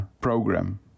program